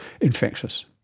infectious